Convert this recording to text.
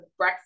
Brexit